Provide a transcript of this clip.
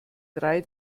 drei